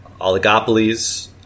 oligopolies